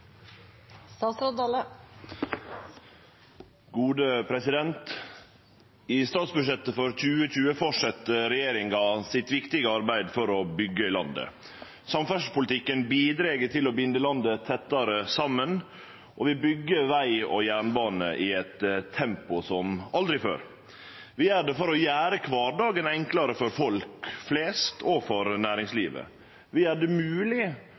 I statsbudsjettet for 2020 fortset regjeringa sitt viktige arbeid for å byggje landet. Samferdselspolitikken bidreg til å binde landet tettare saman, og vi byggjer veg og jernbane i eit tempo som aldri før. Vi gjer det for å gjere kvardagen enklare for folk flest og for næringslivet. Vi gjer det